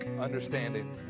understanding